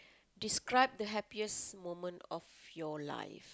describe the happiest moment of your life